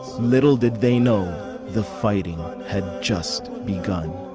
little did they know, the fighting ah and had just begun.